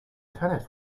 tennis